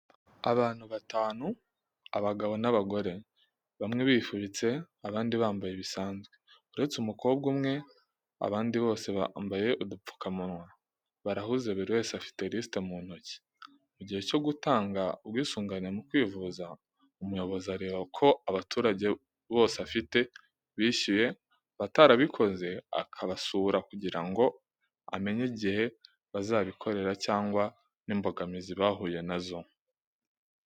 Abantu batanu, abagore n'abagabo bamwe bifubitse abandi bambaye bisanzwe, uretse umukobwa umwe abandi bose bambaye udupfukamunwa. Barahuze buri wese afite lisiti mu ntoki. Mu gihe cyo gutanga ubwisungane mu kwivuza, umuyobozi areba ko abaturage bose afite bishyuye abatarabikoze akabasura kugira ngo amenye igihe bazabikorera cyangwa n'imbogamizi bahuye na zo.